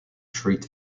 treat